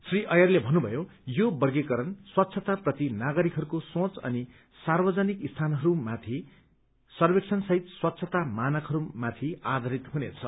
श्री अय्यरले भन्नुभयो यो वर्गीकरण स्वच्छता प्रति नागरिकहरूको सोंच अनि सार्वजनिक स्थानहरूमाथि सर्वेक्षण सहित स्वच्छता मानकहरूमाथि आधारित हुनेछ